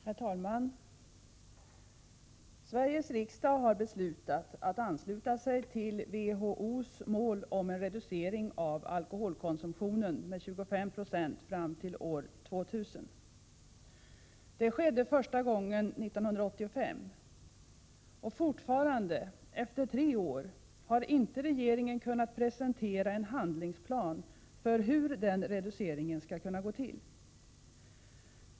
Herr talman! Sveriges riksdag har beslutat att ansluta sig till WHO:s mål om reducering av alkoholkonsumtionen med 25 96 fram till år 2000. Det skedde första gången år 1985. Fortfarande, efter 3 år, har regeringen inte kunnat presentera en handlingsplan för hur den reduceringen skall kunna gå till.